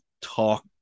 talk